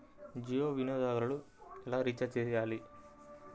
జియో వినియోగదారులు ఎలా రీఛార్జ్ చేయాలి?